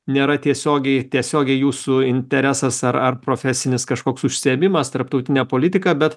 nėra tiesiogiai tiesiogiai jūsų interesas ar ar profesinis kažkoks užsiėmimas tarptautinė politika bet